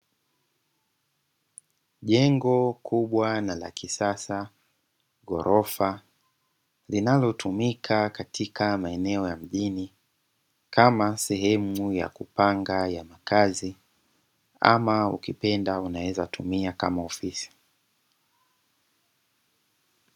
Jengo kubwa na la kisasa ghorofa linalotumika katika maeneo ya mjini kama sehemu ya kupanga makazi ama ukipenda unaweza tumia kama ofisi.